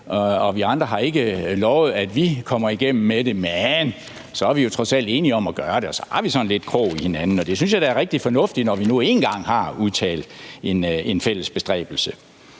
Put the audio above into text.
og vi andre har ikke lovet, at vi kommer igennem med det, men så er vi jo trods alt enige om at gøre det, og så har vi sådan lidt krogen i hinanden, og det synes jeg da er rigtig fornuftigt, når vi nu engang har udtrykt en fælles bestræbelse.